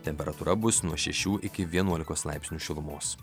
temperatūra bus nuo šešių iki vienuolikos laipsnių šilumos